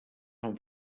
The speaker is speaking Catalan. van